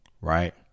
right